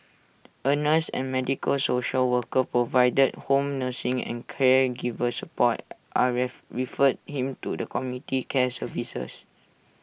A nurse and medical social worker provided home nursing in caregiver support are referred him to the community care services